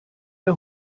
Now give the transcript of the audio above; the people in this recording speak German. der